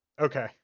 Okay